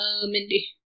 Mindy